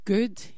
Good